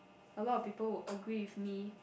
a lot of people would agree with me